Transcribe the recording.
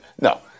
No